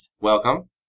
Welcome